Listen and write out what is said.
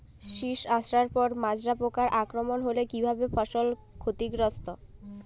শীষ আসার পর মাজরা পোকার আক্রমণ হলে কী ভাবে ফসল ক্ষতিগ্রস্ত?